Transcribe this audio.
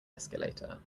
escalator